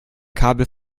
kabel